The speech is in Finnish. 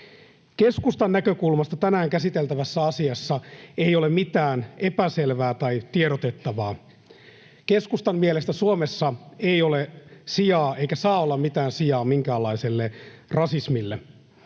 Keskustan näkökulmasta tänään käsiteltävässä asiassa ei ole mitään epäselvää tai tiedotettavaa. Keskustan mielestä Suomessa ei ole eikä saa olla mitään sijaa minkäänlaiselle rasismille.